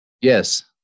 yes